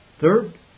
third